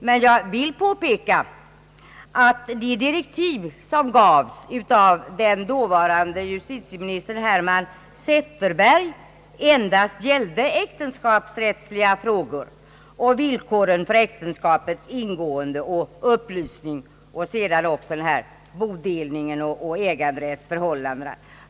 Men jag vill påpeka att de direktiv som gavs av den dåvarande justitieministern Herman Zetterberg gällde äktenskapsrättsliga frågor och villkoren för äktenskapets ingående och upplösning samt bodelningen och äganderättsförhållandena.